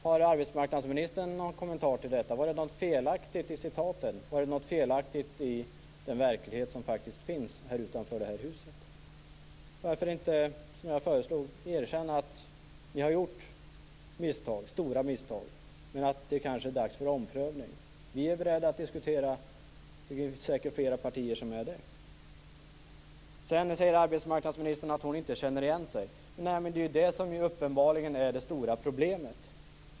Har arbetsmarknadsministern någon kommentar till detta? Var det något felaktigt i citaten? Var det något felaktigt i den verklighet som finns utanför det här huset? Varför inte erkänna, som jag föreslog, att ni har gjort stora misstag men att det kanske är dags för omprövning? Vi är beredda att diskutera, och det är säkert flera andra partier också. Sedan säger arbetsmarknadsministern att hon inte känner igen sig. Nej, och det är det som uppenbarligen är det stora problemet.